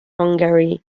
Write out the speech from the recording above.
hungary